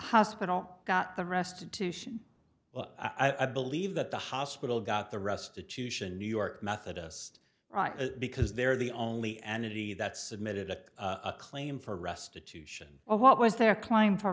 hospital got the restitution i believe that the hospital got the restitution new york methodist right because they're the only entity that submitted to a claim for restitution or what was their climb for